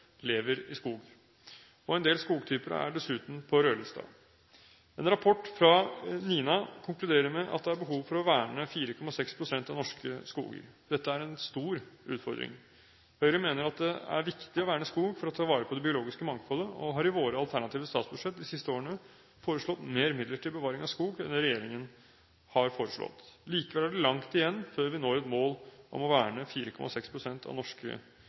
lever i skog, og en del skogtyper er dessuten på rødlisten. En rapport fra NINA konkluderer med at det er behov for å verne 4,6 pst. av norske skoger. Dette er en stor utfordring. Høyre mener at det er viktig å verne skog for å ta vare på det biologiske mangfoldet, og vi har i våre alternative statsbudsjetter de siste årene foreslått mer midler til bevaring av skog enn det regjeringen har foreslått. Likevel er det langt igjen før vi når et mål om å verne 4,6 pst. av det norske